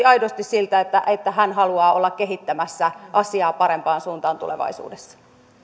aidosti siltä että että hän haluaa olla kehittämässä asiaa parempaan suuntaan tulevaisuudessa